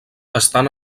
estan